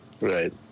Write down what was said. Right